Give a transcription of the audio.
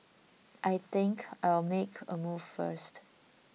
I think I'll make a move first